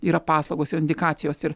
yra paslaugos ir indikacijos ir